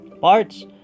parts